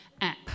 app